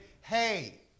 hey